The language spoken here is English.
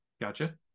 Gotcha